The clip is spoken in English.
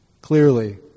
clearly